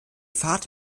fahrt